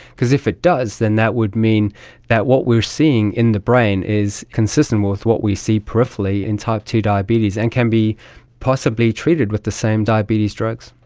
because if it does then that would mean that what we are seeing in the brain is consistent with what we see peripherally in type ii diabetes and can be possibly treated with the same diabetes drugs.